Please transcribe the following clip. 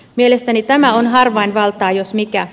mielestäni tämä on harvainvaltaa jos mikä